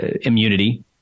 immunity